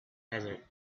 desert